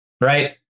Right